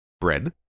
Bread